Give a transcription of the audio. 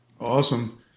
Awesome